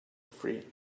free